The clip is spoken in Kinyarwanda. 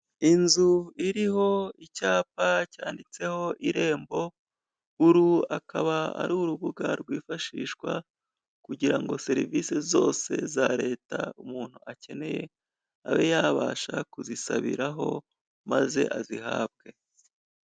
Inzu iriho icyapa cyanditseho irembo uru akaba ari urubuga rwifashishwa kugira ngo serivisi zose za leta umuntu akeneye, abe yabasha kuzisabiraho maze azihabwe.